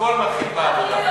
הכול מתחיל בעבודה.